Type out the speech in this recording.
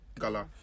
gala